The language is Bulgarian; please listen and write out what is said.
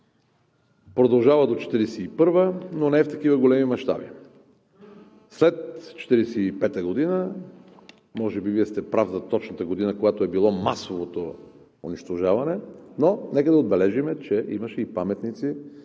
продължава до 1941 г., но не е в такива големи мащаби, а и след 1945 г. – може би Вие сте прав за точната година, когато е било масовото унищожаване, но нека да отбележим, че имаше и паметници,